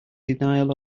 denial